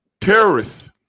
terrorists